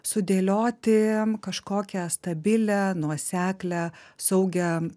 sudėlioti kažkokią stabilią nuoseklią saugią